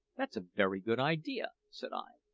that's a very good idea, said i.